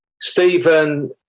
Stephen